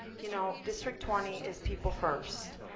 you know district twenty is people first.